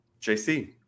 JC